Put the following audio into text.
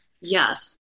Yes